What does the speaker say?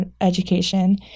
education